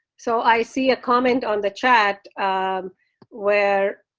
so i see a comment on the chat where,